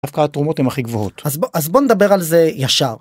דווקא התרומות עם הכי גבוהות. אז בוא... אז בוא נדבר על זה ישר.